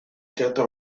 cierta